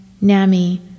NAMI